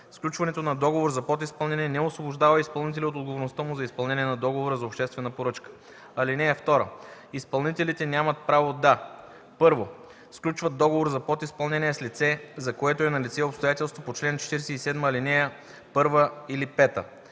Сключването на договор за подизпълнение не освобождава изпълнителя от отговорността му за изпълнение на договора за обществена поръчка. (2) Изпълнителите нямат право да: 1. сключват договор за подизпълнение с лице, за което е налице обстоятелство по чл. 47, ал. 1 или 5;